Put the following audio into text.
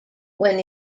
when